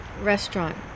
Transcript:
restaurant